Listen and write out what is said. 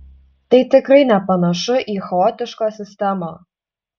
tai tikrai nepanašu į chaotišką sistemą